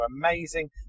amazing